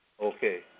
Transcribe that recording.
Okay